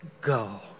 go